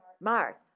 Mark